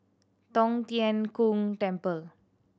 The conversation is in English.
Tong Tien Kung Temple